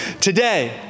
today